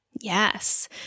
Yes